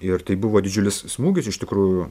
ir tai buvo didžiulis smūgis iš tikrųjų